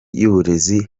y’uburezi